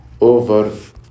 over